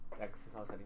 exercise